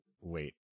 wait